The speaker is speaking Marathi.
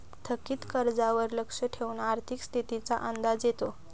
थकीत कर्जावर लक्ष ठेवून आर्थिक स्थितीचा अंदाज येतो